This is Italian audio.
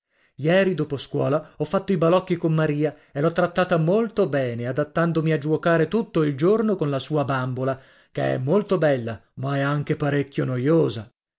ieri dopo scuola ho fatto i balocchi con maria e l'ho trattata molto bene adattandomi a giuocare tutto il giorno con la sua bambola che è molto bella ma è anche parecchio noiosa